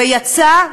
ויצא,